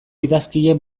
idazkiek